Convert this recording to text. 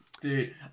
dude